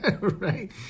Right